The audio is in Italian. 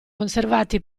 conservati